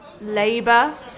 labour